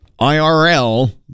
IRL